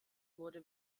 wurde